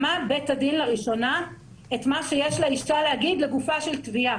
שמע בית הדין לראשונה את מה שיש לאישה להגיד לגופה של תביעה.